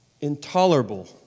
intolerable